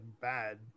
bad